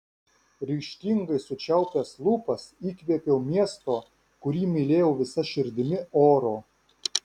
ryžtingai sučiaupęs lūpas įkvėpiau miesto kurį mylėjau visa širdimi oro